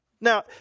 Now